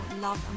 love